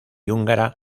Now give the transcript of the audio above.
húngara